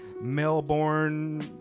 Melbourne